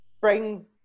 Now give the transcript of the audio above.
bring